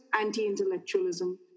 anti-intellectualism